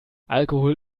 alkohol